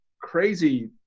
crazy